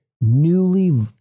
newly